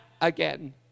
again